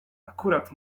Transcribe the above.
akurat